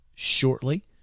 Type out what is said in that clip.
Shortly